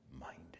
minded